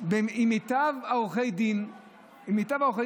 עם מיטב עורכי הדין בארץ,